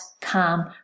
calm